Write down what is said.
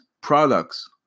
products